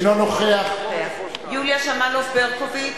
אינו נוכח יוליה שמאלוב-ברקוביץ,